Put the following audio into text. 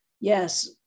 yes